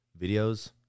videos